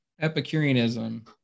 Epicureanism